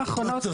והצבעה.